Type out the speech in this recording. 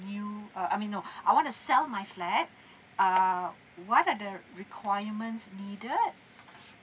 new uh I mean no I wanna sell my flat err what are the requirements needed